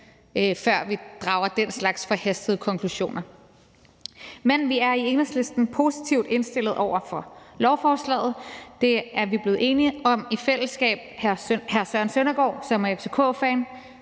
før vi drager den slags forhastede konklusioner. Men vi er i Enhedslisten positivt indstillet over for lovforslaget. Vi er blevet enige om i fællesskab, hr. Søren Søndergaard, som er FCK-fan,